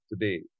today